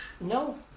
No